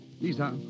Lisa